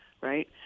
right